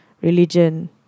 religion